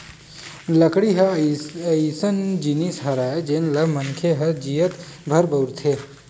लकड़ी ह अइसन जिनिस हरय जेन ल मनखे ह जियत भर बउरथे